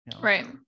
Right